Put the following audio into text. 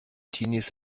teenies